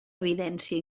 evidència